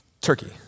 Turkey